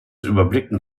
überblicken